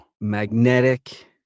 Magnetic